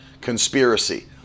conspiracy